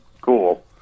cool